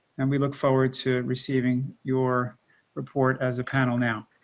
and we look forward to receiving your report as a panel now.